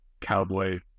cowboy